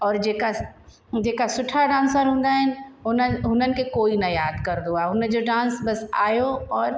और जेको जेका सुठा डांसर हूंदा आहिनि हुननि हुननि खे कोई न यादि करंदो आहे हुनजो डांस बस आयो और